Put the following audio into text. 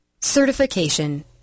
Certification